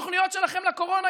התוכניות שלכם לקורונה,